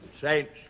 Saints